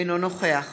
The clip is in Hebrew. אינו נוכח